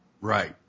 Right